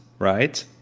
Right